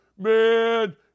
man